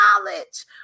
knowledge